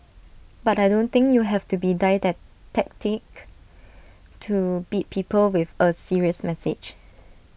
but I don't think you have to be to beat people with A serious message